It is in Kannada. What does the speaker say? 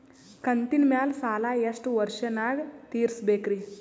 ಕಂತಿನ ಮ್ಯಾಲ ಸಾಲಾ ಎಷ್ಟ ವರ್ಷ ನ್ಯಾಗ ತೀರಸ ಬೇಕ್ರಿ?